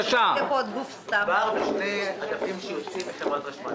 מדובר בשני אגפים שיוצאים מחברת החשמל.